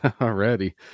already